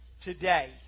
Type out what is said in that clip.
today